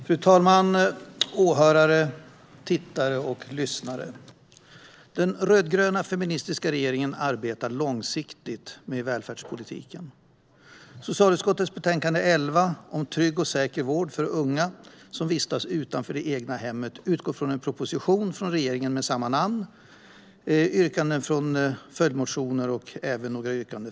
Fru talman, åhörare, tittare och lyssnare! Den rödgröna feministiska regeringen arbetar långsiktigt med välfärdspolitiken. Socialutskottets betänkande 11, Trygg och säker vård för barn och unga som vårdas utanför det egna hemmet , utgår från en proposition från regeringen med samma namn samt yrkanden från följdmotioner och yrkanden från allmänna motionstiden.